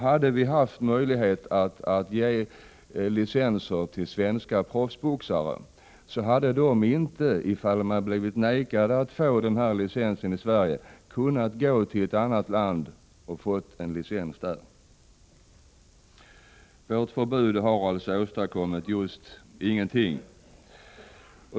Hade vi haft möjlighet att ge licenser till svenska proffsboxare, skulle de inte, ifall de hade förvägrats licens i Sverige, kunnat ansöka om och få licens i ett annat land. Vårt förbud har alltså åstadkommit just ingenting.